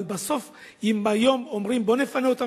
אבל בסוף אם היום אומרים: בואו נפנה אותם